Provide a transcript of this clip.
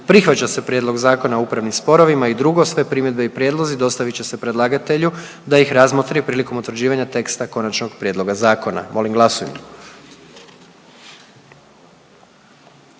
Prihvaća se Prijedlog Zakona o zaštiti i očuvanju kulturnih dobara i 2. Sve primjedbe i prijedlozi dostavit će se predlagatelju da ih razmotri prilikom utvrđivanja teksta konačnog prijedloga zakona.“ Molim glasujmo.